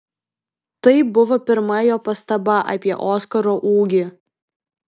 tai buvo pirma jo pastaba apie oskaro ūgį